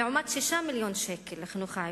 לעומת 6 מיליוני שקל לחינוך העברי,